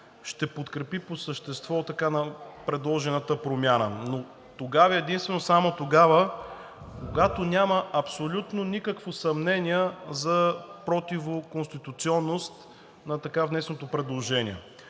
ще подкрепи по същество така предложената промяна, но единствено и само тогава, когато няма абсолютно никакво съмнение за противоконституционност на така внесеното предложение,